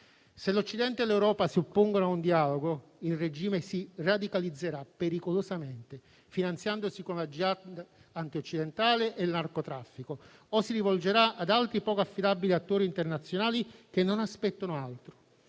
Se l'Occidente e l'Europa si oppongono ad un dialogo, il regime si radicalizzerà pericolosamente, finanziandosi con la *jihad* antioccidentale e con il narcotraffico, o si rivolgerà ad altri poco affidabili attori internazionali che non aspettano altro.